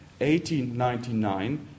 1899